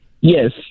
Yes